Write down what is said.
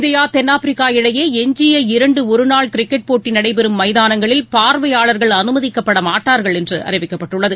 India தென்னாப்பிரிக்கா இடையே எஞ்சிய இரண்டு ஒருநாள் கிரிக்கெட் போட்டி நடைபெறும் மைதானங்களில் பார்வையாளர்கள் அனுமதிக்கப்படமாட்டார்கள் என்று அறிவிக்கப்பட்டுள்ளது